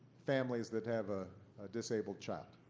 families that have a disabled child.